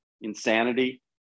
Insanity